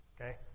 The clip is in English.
okay